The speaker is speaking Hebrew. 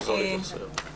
אחרי זה נחזור להמשך הסבב.